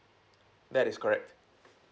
that is correct